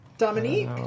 Dominique